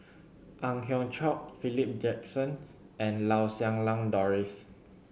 Ang Hiong Chiok Philip Jackson and Lau Siew Lang Doris